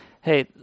Hey